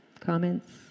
Comments